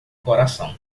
coração